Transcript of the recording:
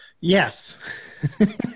Yes